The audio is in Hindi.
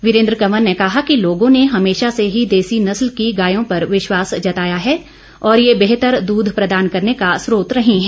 वीरेन्द्र कंवर ने कहा कि लोगों ने हमेशा से ही देसी नस्ल की गायों पर विश्वास जताया है और ये बेहतर दूध प्रदान करने का स्त्रोत रहीं हैं